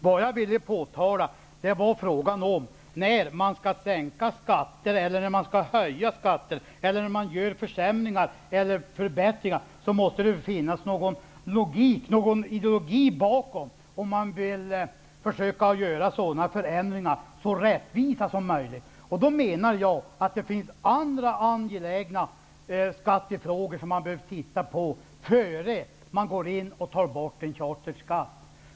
Det jag vill påtala är att det, om man vill försöka vara så rättvis som möjligt när man skall sänka eller höja skatter eller försämra eller förbättra, måste finnas någon bakomliggande logik och ideologi. Jag menar att det finns andra angelägna skattefrågor som man bör titta på innan man går in och tar bort en charterskatt.